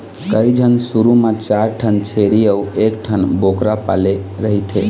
कइझन शुरू म चार ठन छेरी अउ एकठन बोकरा पाले रहिथे